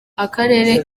akarere